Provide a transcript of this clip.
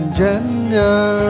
gender